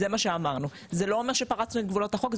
זה מה שאמרנו, זה לא אומר שפרצנו את גבולות החוק.